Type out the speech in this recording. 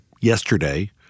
yesterday